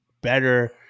better